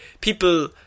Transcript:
people